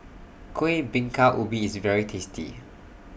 Kueh Bingka Ubi IS very tasty